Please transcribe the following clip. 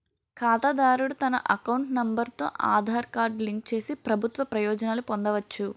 ఖాతాదారుడు తన account number తో ఆధార్ కార్డు లింక్ చేసి ప్రభుత్వ ప్రయోజనాలు పొందవచ్చు